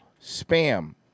Spam